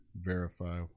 verify